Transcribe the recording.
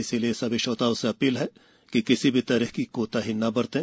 इसलिए सभी श्रोताओं से अधील है कि किसी भी तरह की कोताही न बरतें